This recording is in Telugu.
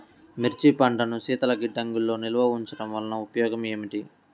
మిర్చి పంటను శీతల గిడ్డంగిలో నిల్వ ఉంచటం వలన ఉపయోగం ఏమిటి?